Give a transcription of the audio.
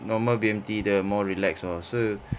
normal B_M_T 的 more relaxed lor 是